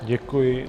Děkuji.